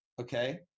okay